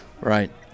Right